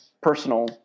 personal